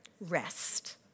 Rest